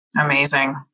Amazing